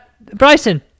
Bryson